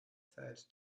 third